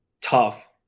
tough